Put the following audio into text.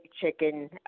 chicken